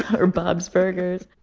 or bob's burgers.